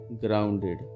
grounded